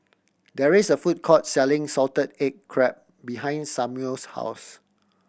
there is a food court selling salted egg crab behind Samual's house